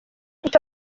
icyo